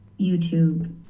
YouTube